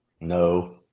No